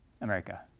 America